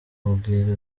mubwire